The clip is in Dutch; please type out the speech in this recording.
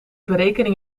berekening